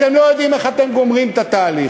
אתם לא יודעים איך אתם גומרים את התהליך.